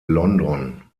london